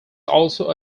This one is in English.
also